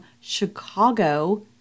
Chicago